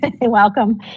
welcome